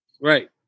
Right